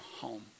home